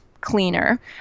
cleaner